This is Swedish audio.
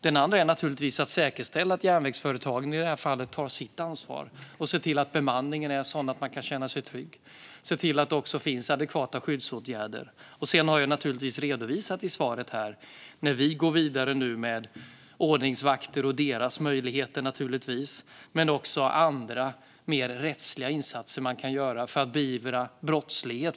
Det andra är naturligtvis att säkerställa att järnvägsföretagen, i det här fallet, tar sitt ansvar och ser till att bemanningen är sådan att man kan känna sig trygg och att det finns adekvata skyddsåtgärder. Sedan har jag i svaret redovisat hur vi nu går vidare med ordningsvakter och deras möjligheter men också andra, mer rättsliga, insatser man kan göra för att beivra brottslighet.